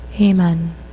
Amen